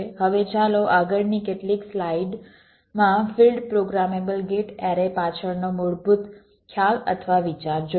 હવે ચાલો આગળની કેટલીક સ્લાઈડ્સ માં ફીલ્ડ પ્રોગ્રામેબલ ગેટ એરે પાછળનો મૂળભૂત ખ્યાલ અથવા વિચાર જોઈએ